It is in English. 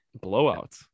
blowout